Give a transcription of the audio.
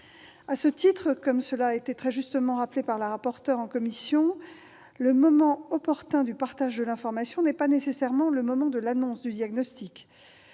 À ce titre, comme cela a été justement rappelé par Mme la rapporteure en commission, le moment opportun du partage de l'information n'est pas nécessairement le moment de l'annonce du diagnostic.